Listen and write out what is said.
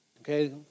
Okay